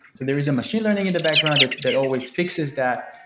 so there is a machine learning in the background that that always fixes that,